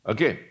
Okay